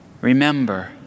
Remember